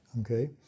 Okay